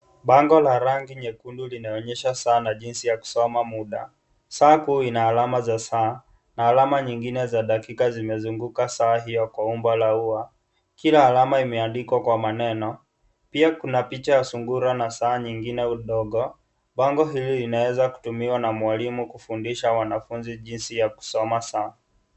Bango la rangi nyekundu linaonyesha saa na jinsi ya kusoma mda. Saa kuu ina alama za saa, na alama nyingine za dakika zimezunguka saa hiyo kwa umbo la ua. Kila alama imeandikwa kwa maneno. Pia kuna picha ya sungura na saa nyingine ya udongo. Bango hili linaweza kutumiwa na mwalimu kufundisha wanafunzi jinsi ya kusoma saa.